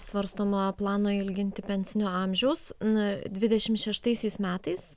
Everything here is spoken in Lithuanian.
svarstoma plano ilginti pensinio amžiaus dvidešimt šeštaisiais metais